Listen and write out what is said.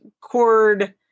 cord